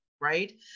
Right